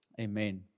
Amen